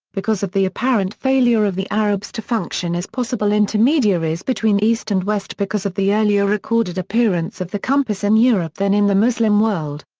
because of the apparent failure of the arabs to function as possible intermediaries between east and west because of the earlier recorded appearance of the compass in europe than in the muslim world.